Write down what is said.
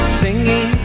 singing